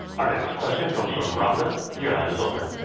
our next question comes from rhonda. your line is open.